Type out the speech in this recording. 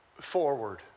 forward